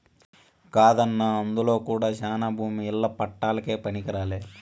కాదన్నా అందులో కూడా శానా భూమి ఇల్ల పట్టాలకే పనికిరాలే